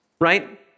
right